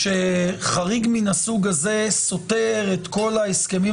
שחריג מין הסוג הזה סותר את כל ההסכמים